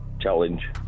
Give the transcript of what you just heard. Challenge